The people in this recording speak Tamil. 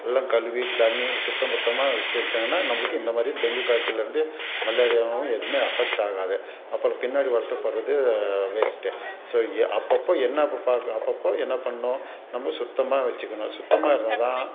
எல்லாம் கழுவி தண்ணி சுத்தபத்தமாக வெச்சுட்டிங்கன்னா நம்மளுக்கு இந்த மாதிரி டெங்கு காய்ச்சல்லிருந்து மலேரியாவும் எதுவுமே அஃபெக்ட் ஆகாது அப்புறம் பின்னாடி வருத்தப்படுறது வேஸ்ட்டு ஸோ ய அப்பப்போது என்ன பாக் அப்பப்போது என்ன பண்ணணும் நம்ம சுத்தமாக வெச்சுக்கணும் சுத்தமாக இருந்தால் தான்